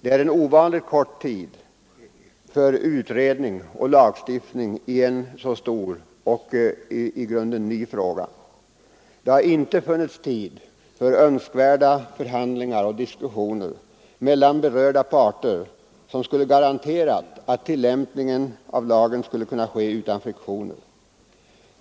Det är en ovanligt kort tid för utredning och lagstiftning i en så stor och i grunden ny fråga. Det har inte funnits tid för önskvärda förhandlingar och diskussioner mellan berörda parter som skulle ha garanterat att tillämpningen av lagen skulle kunna ske utan friktioner.